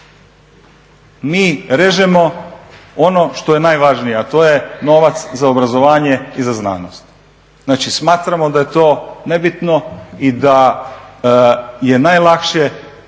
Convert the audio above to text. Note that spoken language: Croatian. Mi režemo ono što je najvažnije, a to je novac za obrazovanje i za znanost. Znači, smatramo da je to nebitno i da je najlakše